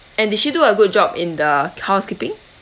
and did she do a good job in the housekeeping